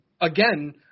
Again